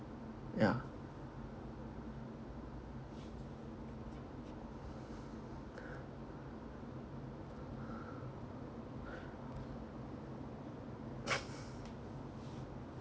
ya